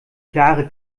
klare